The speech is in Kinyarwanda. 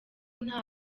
nta